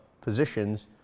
positions